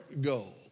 goal